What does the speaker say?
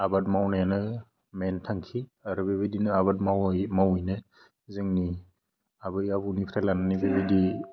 आबाद मावनायानो मेन थांखि आरो बेबायदिनो आबाद मावै मावैनो जोंनि आबै आबौनिफ्राय लानानै बेबायदि